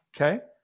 Okay